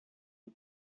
and